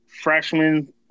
freshman